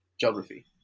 geography